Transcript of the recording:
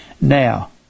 Now